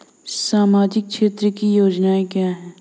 सामाजिक क्षेत्र की योजनाएं क्या हैं?